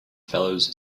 fellows